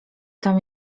tam